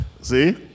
See